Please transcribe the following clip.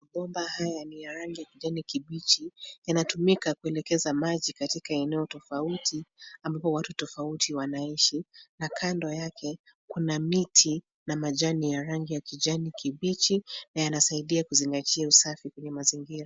Mabomba haya ni ya rangi ya kijani kibichi yanatumika kuelekeza maji katika eneo tofauti ambapo watu tofauti wanaishi na kando yake kuna miti na majani ya rangi ya kijani kibichi na yanasaidia kuzingatia usafi kwenye mazingira.